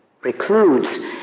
precludes